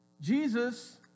Jesus